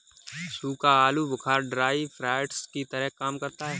सूखा आलू बुखारा ड्राई फ्रूट्स की तरह काम करता है